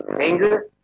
anger